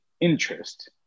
interest